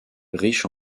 riche